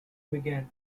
began